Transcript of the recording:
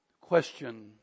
Question